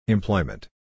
Employment